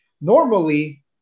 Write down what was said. normally